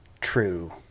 true